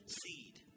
seed